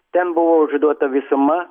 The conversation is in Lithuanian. ten buvo užduota visuma